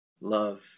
love